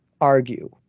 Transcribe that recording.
argue